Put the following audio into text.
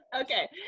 Okay